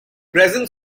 present